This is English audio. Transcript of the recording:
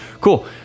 cool